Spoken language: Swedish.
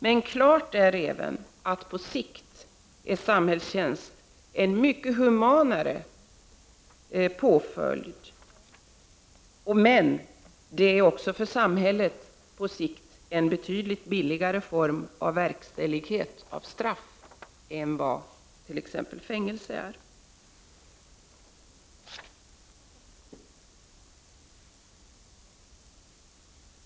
Men klart är att på sikt är samhällstjänst en mycket humanare påföljd. Det är också för samhället på sikt en betydligt billigare form av verkställighet av straff än vad t.ex. fängelse är.